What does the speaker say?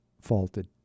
faulted